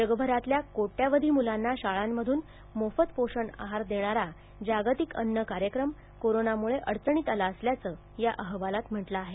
जगभरातल्या कोट्यवधी मुलांना शाळांमधून मोफत पोषण आहार देणारा जागतिक अन्न कार्यक्रम कोरोनामुळं अडचणीत आला असल्याचं या अहवालात म्हटलं आहे